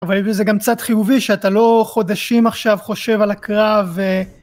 אבל זה גם קצת חיובי שאתה לא חודשים עכשיו חושב על הקרב.